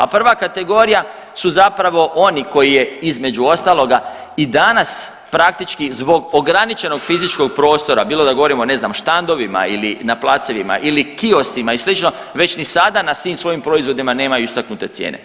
A prva kategorija su zapravo oni koji je između ostaloga i danas praktički zbog ograničenog fizičkog prostora bilo da govorimo ne znam o štandovima ili na placevima ili kioscima i slično već ni sada na svim svojim proizvodima nemaju istaknute cijene.